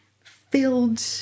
filled